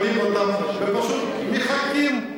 מחכים,